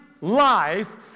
life